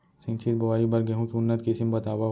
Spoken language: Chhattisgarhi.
सिंचित बोआई बर गेहूँ के उन्नत किसिम बतावव?